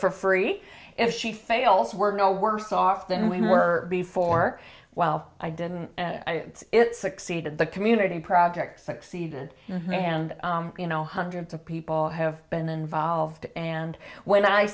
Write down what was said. for free if she fails word no worse off than we were before while i didn't succeed in the community project succeeded and you know hundreds of people have been involved and when i